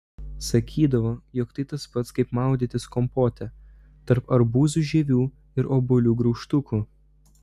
sakydavo jog tai tas pats kaip maudytis kompote tarp arbūzų žievių ir obuolių graužtukų